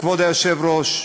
כבוד היושב-ראש,